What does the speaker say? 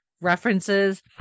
references